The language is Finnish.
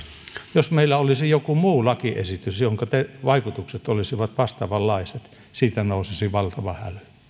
jos meillä olisi joku muu lakiesitys jonka vaikutukset olisivat vastaavanlaiset siitä nousisi valtava häly